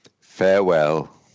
Farewell